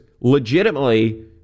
legitimately